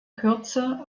kürze